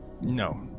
no